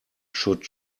should